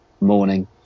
morning